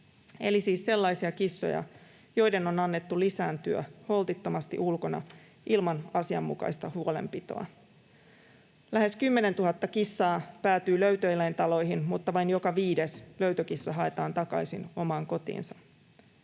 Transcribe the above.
eli siis sellaisia kissoja, joiden on annettu lisääntyä holtittomasti ulkona ilman asianmukaista huolenpitoa. Lähes 10 000 kissaa päätyy löytöeläintaloihin, mutta vain joka viides löytökissa haetaan takaisin omaan kotiinsa.